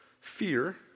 fear